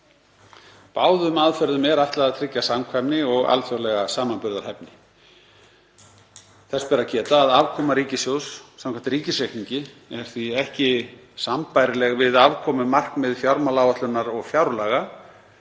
Báðum aðferðum er ætlað að tryggja samkvæmni og alþjóðlega samanburðarhæfni. Þess ber að geta að afkoma ríkissjóðs samkvæmt ríkisreikningi er því ekki sambærileg við afkomumarkmið fjármálaáætlunar og fjárlaga.